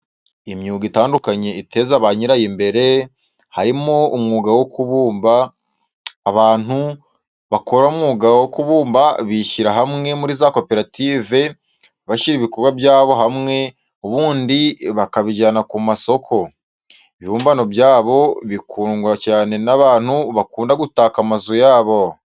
Imyuga itandukanye iteza banyirayo imbere, harimo umwuga wo kubumba, abantu bakora umwuga wo kubumba bishyira hamwe muri za koperative, bashyira ibikorwa byabo hamwe ubundi bakabijyana ku ma soko. Ibibumbano byabo bikundwa cyane n'abantu bakunda gutaka amazu yabo.